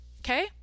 okay